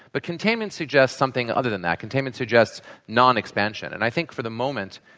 but containment suggests something other than that. containment suggests non-expansion. and i think for the moment,